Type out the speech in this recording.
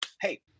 hey